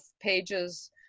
pages